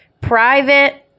private